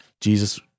Jesus